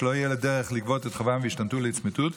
שלא תהיה דרך לגבות את חובם וישתמטו לצמיתות,